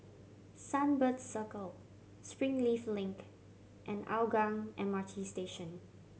Sunbird Circle Springleaf Link and Hougang M R T Station